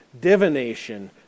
divination